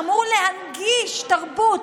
שאמור להנגיש תרבות,